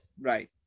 right